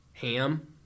Ham